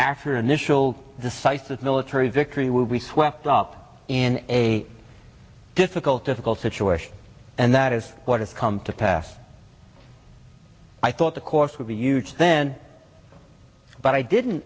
accurate initial decisive military victory would be swept up in a difficult difficult situation and that is what has come to pass i thought the course would be huge then but i didn't